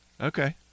Okay